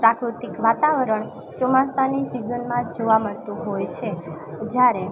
પ્રાકૃતિક વાતાવરણ ચોમાસાની સિઝનમાં જોવા મળતું હોય છે જ્યારે